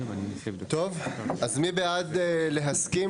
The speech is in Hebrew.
טוב, אז מי בעד להסכים